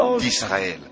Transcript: d'Israël